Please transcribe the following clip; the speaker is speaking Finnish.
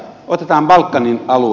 otetaan balkanin alue